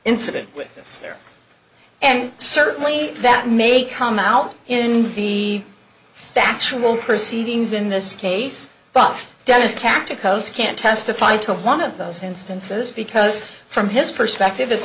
incident with this there and certainly that may come out in the factual proceedings in this case buff dentist tactic osa can't testify to one of those instances because from his perspective it's